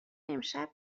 امشب